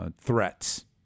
Threats